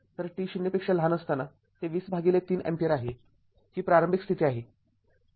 तर t0 साठी ते २०३ अँपिअर आहे ही प्रारंभिक स्थिती आहे